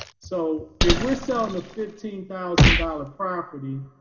so if we're selling a fifteen thousand dollars property,